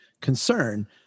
concern